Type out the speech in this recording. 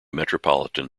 metropolitan